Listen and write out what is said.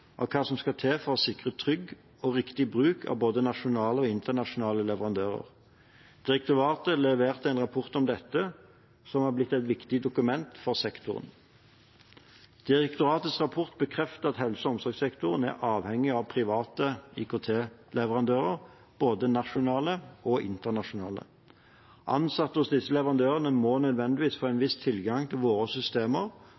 av hva som skal til for å sikre trygg og riktig bruk av både nasjonale og internasjonale leverandører. Direktoratet leverte en rapport om dette, som har blitt et viktig dokument for sektoren. Direktoratets rapport bekreftet at helse- og omsorgssektoren er avhengig av private IKT-leverandører, både nasjonale og internasjonale. Ansatte hos disse leverandørene må nødvendigvis få en